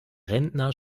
rentner